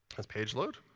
there's page load.